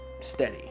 steady